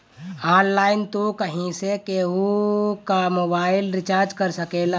online तू कहीं से केहू कअ मोबाइल रिचार्ज कर सकेला